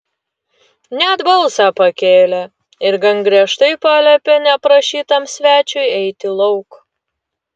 net balsą pakėlė ir gan griežtai paliepė neprašytam svečiui eiti lauk